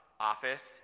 Office